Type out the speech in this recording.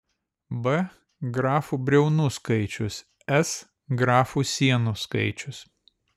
b grafų briaunų skaičius s grafų sienų skaičius